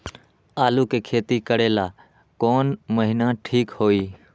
आलू के खेती करेला कौन महीना ठीक होई?